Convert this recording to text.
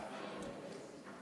פוקעת.